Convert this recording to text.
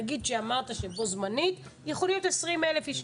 נגיד שאמרת שבו זמנית יכולים להיות 20,000 איש.